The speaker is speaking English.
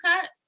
cut